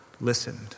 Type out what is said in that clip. listened